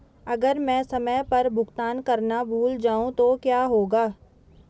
अगर मैं समय पर भुगतान करना भूल जाऊं तो क्या होगा?